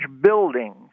building